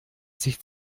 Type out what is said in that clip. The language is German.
sich